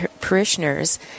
parishioners